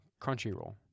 Crunchyroll